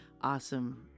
awesome